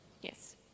Yes